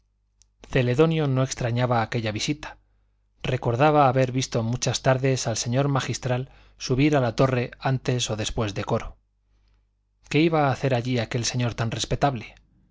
celedonio no extrañaba aquella visita recordaba haber visto muchas tardes al señor magistral subir a la torre antes o después de coro qué iba a hacer allí aquel señor tan respetable